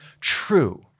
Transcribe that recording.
true